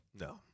No